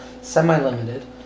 semi-limited